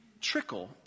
trickle